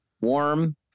warm